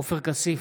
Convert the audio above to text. עופר כסיף,